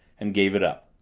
and gave it up.